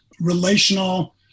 relational